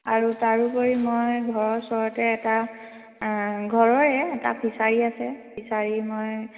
আৰু তাৰোপৰি মই ঘৰৰ ওচৰতে এটা ঘৰৰে এটা ফিছাৰী আছে ফিছাৰী মই